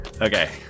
Okay